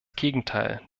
gegenteil